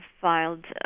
filed